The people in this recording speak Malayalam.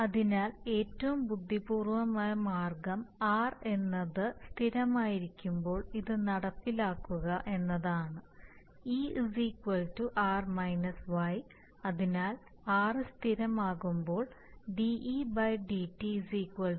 അതിനാൽ ഏറ്റവും ബുദ്ധിപൂർവമായ മാർഗം r എന്നത് സ്ഥിരമായിരിക്കുമ്പോൾ ഇത് നടപ്പിലാക്കുക എന്നതാണ് e r y അതിനാൽ r സ്ഥിരമാകുമ്പോൾ de dt dy dt